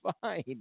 fine